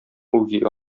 үги